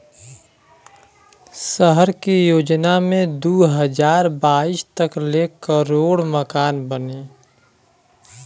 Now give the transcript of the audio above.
सहर के योजना मे दू हज़ार बाईस तक ले करोड़ मकान बनी